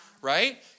right